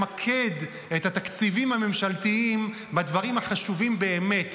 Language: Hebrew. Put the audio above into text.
למקד את התקציבים הממשלתיים בדברים החשובים באמת.